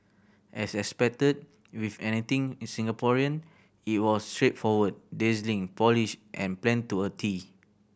as expected with anything in Singaporean it was straightforward dazzling polished and planned to a tee